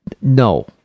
No